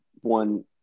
one